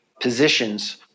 positions